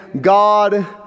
God